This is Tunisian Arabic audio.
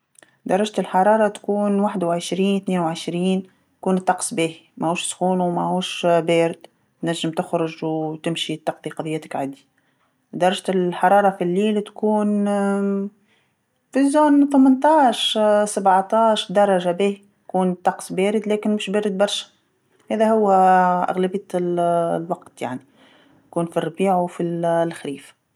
درجة الحراره تكون واحد وعشرين ثنين وعشرين يكون الطقس باهي ماهوش سخون وماهوش بارد، تنجم تخرج و تمشي تقضي قضياتك عادي، درجة الحراره في الليل تكون في منطقة ثمنطاعش سباطاعش درجه باهي، يكون الطقس بارد لكن موش بارد برشا، هذا هو أغلبية ال- الوقت يعني، يكون في الربيع وفي الخريف.